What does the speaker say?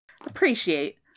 appreciate